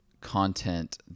content